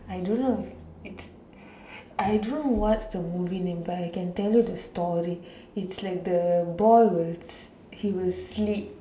I don't know it's I don't know what's the movie name but I can tell you the story it's like the boy will he will sleep